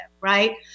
right